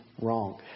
wrong